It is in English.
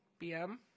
BM